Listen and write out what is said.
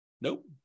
Nope